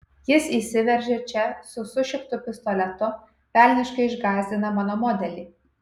jis įsiveržia čia su sušiktu pistoletu velniškai išgąsdina mano modelį